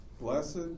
Blessed